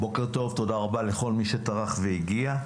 בוקר טוב, תודה רבה לכל מי שטרח והגיע.